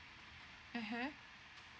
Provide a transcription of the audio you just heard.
mmhmm